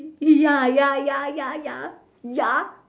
ya ya ya ya ya ya